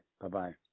bye-bye